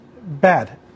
bad